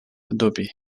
dubi